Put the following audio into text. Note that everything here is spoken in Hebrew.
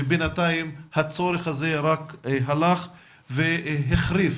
ובינתיים הצורך הזה הלך והחריף